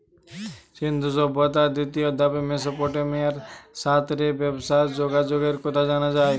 সিন্ধু সভ্যতার দ্বিতীয় ধাপে মেসোপটেমিয়ার সাথ রে ব্যবসার যোগাযোগের কথা জানা যায়